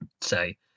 say